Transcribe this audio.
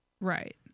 right